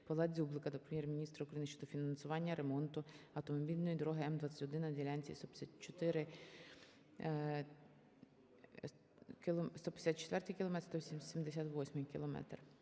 ПавлаДзюблика до Прем'єр-міністра України щодо фінансування ремонту автомобільної дороги М-21 на ділянці 154-й кілометр, 178-й кілометр.